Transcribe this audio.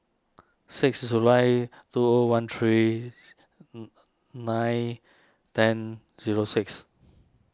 six July two O one three nine ten zero six